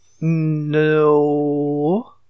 No